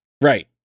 Right